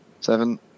seven